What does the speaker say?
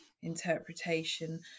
interpretation